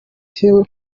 ntewe